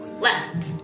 Left